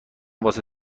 واسه